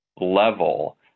level